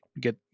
get